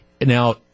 now